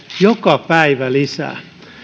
joka päivä lisää